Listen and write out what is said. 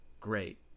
great